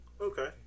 Okay